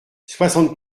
soixante